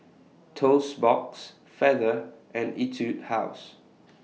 Toast Box Feather and Etude House